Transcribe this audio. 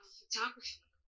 photography